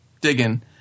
digging